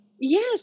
yes